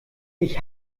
ich